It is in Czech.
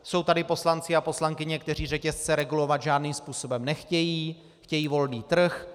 Jsou tady poslanci a poslankyně, kteří řetězce regulovat žádným způsobem nechtějí, chtějí volný trh.